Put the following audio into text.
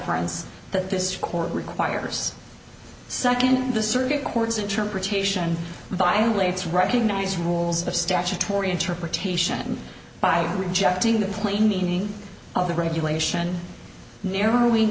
friends that this court requires second the circuit court's interpretation violates recognize rules of statutory interpretation by rejecting the plain meaning of the regulation narrowing